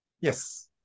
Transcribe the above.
Yes